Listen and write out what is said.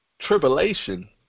tribulation